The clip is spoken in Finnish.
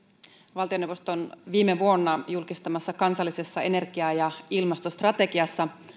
valtioneuvoston viime vuonna julkistamassa kansallisessa energia ja ilmastostrategiassa